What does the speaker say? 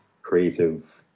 creative